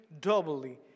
doubly